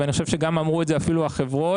ואני חושב שגם אמרו את זה אפילו החברות,